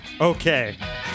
okay